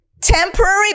temporary